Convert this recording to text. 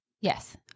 Yes